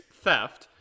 theft